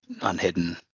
unhidden